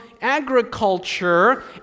agriculture